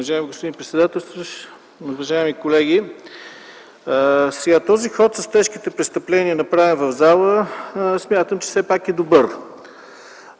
добър.